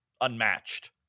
unmatched